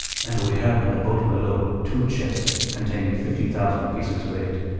and we have in the boat below two chests containing fifty thousand pieces of eight,